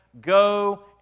Go